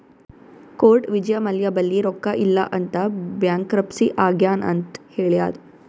court Vijay Mallya ಬಲ್ಲಿ ರೊಕ್ಕಾ ಇಲ್ಲ ಅಂತ ಬ್ಯಾಂಕ್ರಪ್ಸಿ ಆಗ್ಯಾನ್ ಅಂತ್ ಹೇಳ್ಯಾದ್